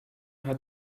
hat